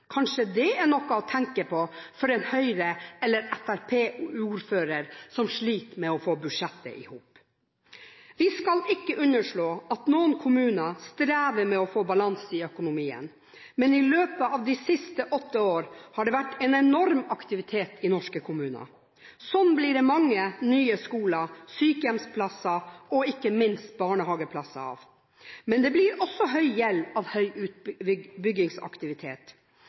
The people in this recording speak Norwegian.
Kanskje det er noe å tenke på for ordførere fra Høyre eller Fremskrittspartiet som sliter med å få budsjettet i hop? Vi skal ikke underslå at noen kommuner strever med å få balanse i økonomien, men i løpet av de siste åtte år har det vært en enorm aktivitet i norske kommuner. Slik blir det mange nye skoler, sykehjemsplasser og ikke minst barnehageplasser. Men det blir også høy gjeld av høy utbyggingsaktivitet.